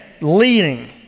leading